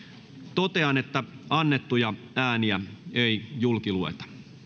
totean että annettuja ääniä ei julkilueta